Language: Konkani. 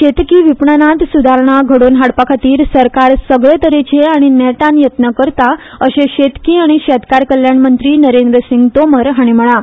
शेतकी विपणनांत सुदारणा घडोवन हाडपा खातीर सरकार सगळे तरेचे आनी नेटान यत्न करता अशें शेतकी आनी शेतकार कल्याण मंत्री नरेंद्र सिंग तोमार हांणी म्हळां